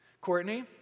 Courtney